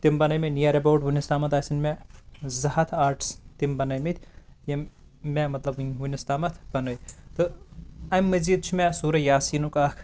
تِم بَنٲوۍ مےٚ نِیر ایباوُٹ وُنیک تامَتھ آسَن مےٚ زٕ ہَتھ آٹٔس تِم بَنٲیمٕتۍ یِم مےٚ مطلب ؤنیُس تامَتھ بَنٲوۍ تہٕ اَمہِ مٔزیٖد چھِ مےٚ سورَے یٰس نُک اکھ